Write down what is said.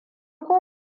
ko